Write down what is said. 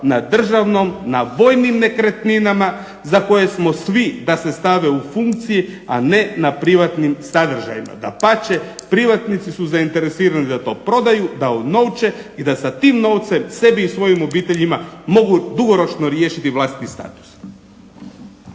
na državnom, na vojnim nekretninama za koje smo svi da se stave u funkciju a ne na privatnim sadržajima. Dapače, privatnici su zainteresirani da to prodaju, da unovče i da sa tim novcem sebi i svojim obiteljima mogu dugoročno riješiti vlastiti status.